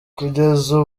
kugeza